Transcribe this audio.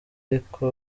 ariko